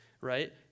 right